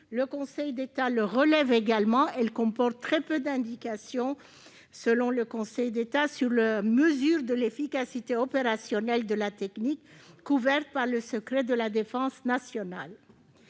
le Conseil d'État le relève également -, car elle comporte très peu d'indications sur la mesure de l'efficacité opérationnelle de la technique couverte par le secret de la défense nationale.